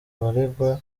baregwa